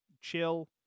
chill